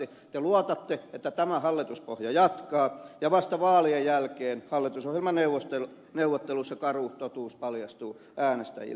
te luotatte että tämä hallituspohja jatkaa ja vasta vaalien jälkeen hallitusohjelmaneuvotteluissa karu totuus paljastuu äänestäjille